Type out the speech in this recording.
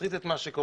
להסריט את מה שקורה.